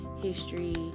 history